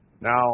Now